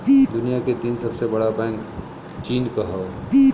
दुनिया के तीन सबसे बड़ा बैंक चीन क हौ